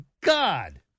God